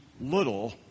little